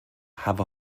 have